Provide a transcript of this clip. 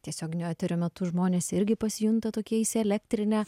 tiesioginio eterio metu žmonės irgi pasijunta tokie įsielektrinę